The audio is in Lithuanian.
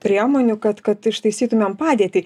priemonių kad kad ištaisytumėm padėtį